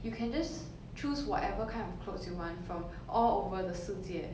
you can just choose whatever kind of clothes you want from all over the 世界